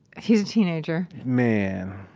he's a teenager man.